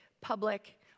public